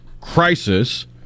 crisis